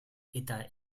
eta